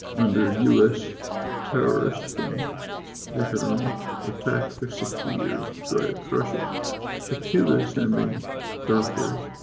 under us terrorist and economic attack for sixty years to try to crushing the cuba sending doctors